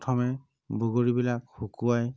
প্ৰথমে বগৰীবিলাক শুকুৱাই